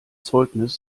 zeugnis